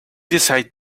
decided